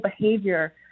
behavior